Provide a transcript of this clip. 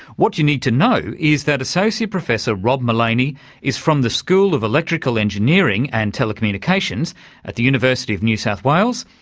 what you need to know is that associate professor robert malaney is from the school of electrical engineering and telecommunications at the university of new south wales,